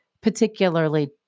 particularly